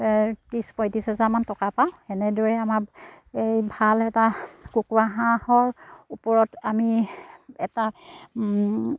ত্ৰিছ পঁয়ত্ৰিছ হেজাৰমান টকা পাওঁ এনেদৰে আমাৰ এই ভাল এটা কুকুৰা হাঁহৰ ওপৰত আমি এটা